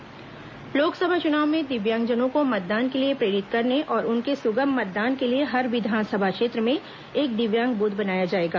दिव्यांग बूथ लोकसभा चुनाव में दिव्यांगजनों को मतदान के लिए प्रेरित करने और उनके सुगम मतदान के लिए हर विधानसभा क्षेत्र में एक दिव्यांग बूथ बनाया जाएगा